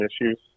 issues